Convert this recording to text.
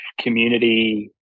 community